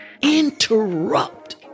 interrupt